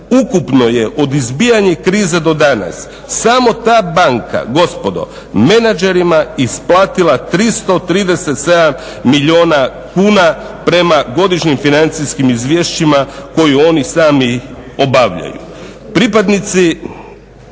Ukupno je od izbijanja krize do danas samo ta banka gospodo menadžerima isplatila 337 milijuna kuna prema godišnjim financijskim izvješćima koju oni sami obavljaju. Pripadnici